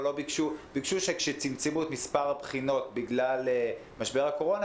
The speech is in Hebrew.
ביקשו שבגלל שצמצמו את מספר הבחינות בגלל משבר הקורונה,